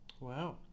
wow